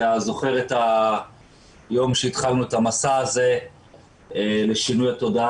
אתה זוכר את היום שבו התחלנו את המסע הזה לשינוי התודעה